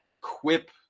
quip